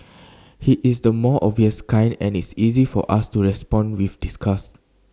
he is the more obvious kind and it's easy for us to respond with disgust